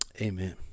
amen